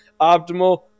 optimal